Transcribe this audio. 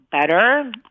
better